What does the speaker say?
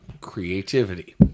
creativity